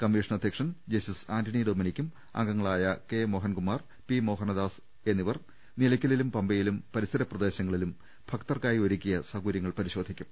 commission അധ്യക്ഷൻ justice Antony ഡൊമനിക്കും അംഗങ്ങളായ കെ മോഹൻകുമാർ പി മോഹനദാസ് എന്നി വർ നിലയ്ക്കലും പമ്പയിലും പരിസ്ര പ്രദേശങ്ങളിലും ഭക്തർക്കായി ഒരു ക്കിയ സൌകര്യങ്ങൾ പരിശോധിക്കും